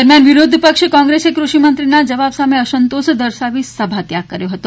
દરમિયાન વિરોધ પક્ષ કોંગ્રેસે કૃષિમંત્રીના જવાબ સામે અસંતોષ દર્શાવી સભાત્યાગ કર્યો હતો